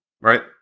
Right